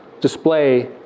display